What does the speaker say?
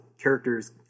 characters